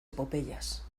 epopeyas